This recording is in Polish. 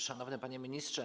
Szanowny Panie Ministrze!